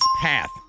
path